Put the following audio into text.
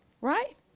right